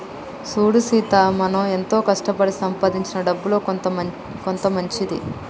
సూడు సీత మనం ఎంతో కష్టపడి సంపాదించిన డబ్బులో కొంత మంచిది